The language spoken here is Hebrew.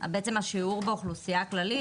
בעצם השיעור באוכלוסייה הכללית,